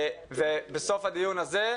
ובסוף הדיון הזה,